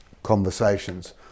conversations